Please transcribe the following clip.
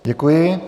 Děkuji.